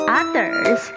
others